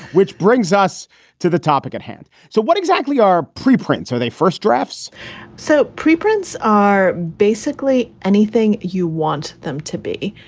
which brings us to the topic at hand. so what exactly are preprint? so they first drafts so prints are basically anything you want them to be.